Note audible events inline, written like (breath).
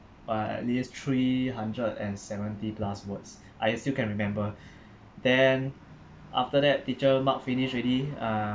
uh at least three hundred and seventy plus words I still can remember (breath) then after that teacher mark finish already uh